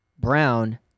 Brown